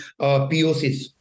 POCs